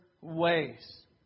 ways